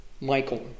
Michael